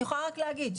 אני יכולה רק להגיד,